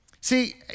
See